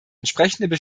entsprechende